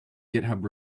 github